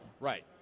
Right